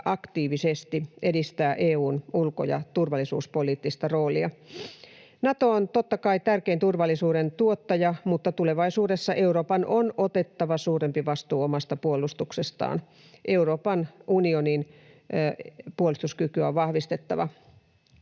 aktiivisesti edistää EU:n ulko- ja turvallisuuspoliittista roolia. Nato on, totta kai, tärkein turvallisuuden tuottaja, mutta tulevaisuudessa Euroopan on otettava suurempi vastuu omasta puolustuksestaan. Euroopan unionin puolustuskykyä on vahvistettava.